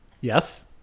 Yes